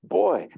boy